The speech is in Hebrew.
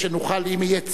אם יהיה צורך,